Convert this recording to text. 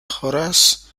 horace